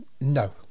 No